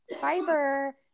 fiber